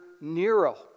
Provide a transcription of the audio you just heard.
Nero